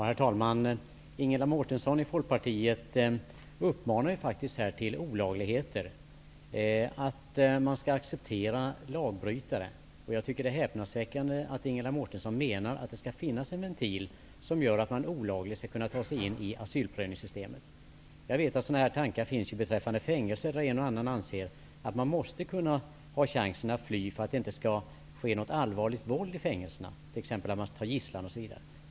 Herr talman! Ingela Mårtensson i Folkpartiet uppmanar faktiskt här till olagligheter, att man skall acceptera lagbrytare. Jag tycker det är häp nadsväckande att Ingela Mårtensson menar att det skall finnas en ventil som gör att man skall kunna ta sig in i asylprövningssystemet olagligt. Jag vet att sådana tankar finns när det gäller fängelser, där en och annan anser att man måste kunna ha chansen att fly för att det inte skall ske något allvarligt våld i fängelserna, t.ex. att man tar gisslan.